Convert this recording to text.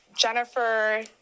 Jennifer